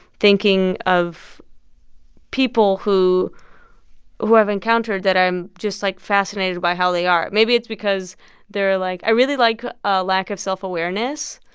thinking of people who who i've encountered that i'm just, like, fascinated by how they are. maybe it's because they're, like i really like a lack of self-awareness.